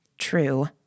True